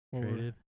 created